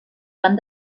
van